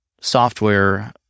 software